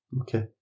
Okay